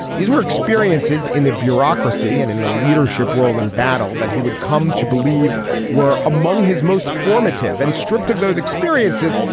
these were experiences in the bureaucracy and in the leadership role in battle that he would come to believe were among his most formative and stripped of those experiences.